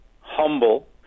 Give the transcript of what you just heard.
humble